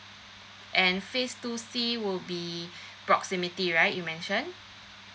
and phase two C will be proximity right you mentioned